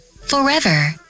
forever